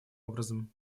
образом